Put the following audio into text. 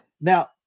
Now